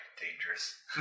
dangerous